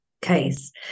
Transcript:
case